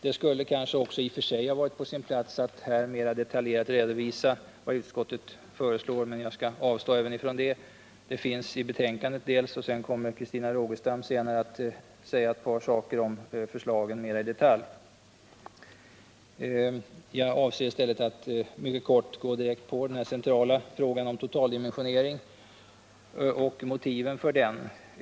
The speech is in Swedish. Det skulle kanske också i och för sig ha varit på sin plats att här mera detaljerat redovisa vad utskottet föreslår, men jag skall avstå även från det. Dels finns det i betänkandet, dels kommer Christina Rogestam senare att säga ett par ord om förslagen mer i detalj. Jag avser i stället att mycket kortfattat gå direkt på den centrala frågan om totaldimensionering och motiven för den.